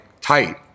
tight